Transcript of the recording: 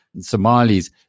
Somalis